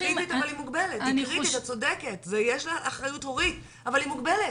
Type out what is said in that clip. את צודקת, יש אחריות הורית, אל היא מוגבלת.